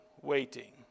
waiting